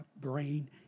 brain